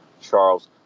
Charles